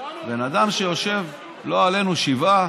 בן אדם שיושב שבעה,